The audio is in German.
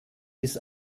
bis